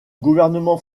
gouvernement